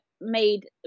made